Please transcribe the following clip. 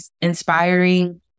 inspiring